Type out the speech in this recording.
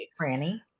Franny